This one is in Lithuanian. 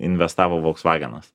investavo volkswagenas